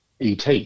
ET